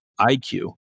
IQ